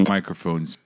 microphones